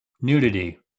nudity